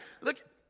Look